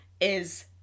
is-